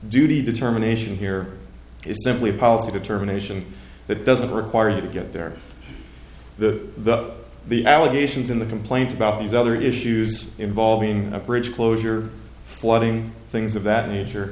duty determination here is simply a policy determination that doesn't require you to get there the the the allegations in the complaint about these other issues involving a bridge closure flooding things of that nature